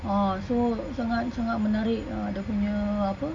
ah so sangat sangat menarik uh dia punya apa